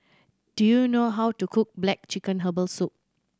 do you know how to cook black chicken herbal soup